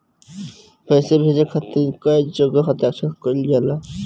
पैसा भेजे के खातिर कै जगह हस्ताक्षर कैइल जाला?